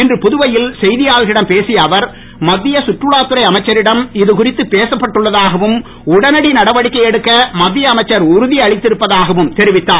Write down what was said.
இன்று புதுவையில் செய்தியாளர்களிடம் பேசிய அவர் மத்திய கற்றுலாத்துறை அமைச்சரிடம் இது குறித்து பேசப்பட்டுள்ளதாகவும் உடனடி நடவடிக்கை எடுக்க மத்திய அமைச்சர் உறுதியளித்திருப்பதாகவும் தெரிவித்தார்